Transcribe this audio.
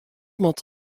moat